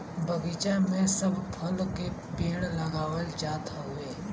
बगीचा में सब फल के पेड़ लगावल जात हउवे